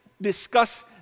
discuss